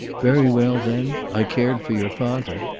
very well, then. i cared for your father.